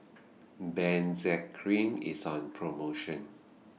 Benzac Cream IS on promotion